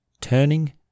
turning